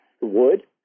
wood